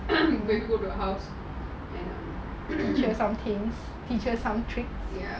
and go her house teach her somethings